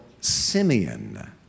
Simeon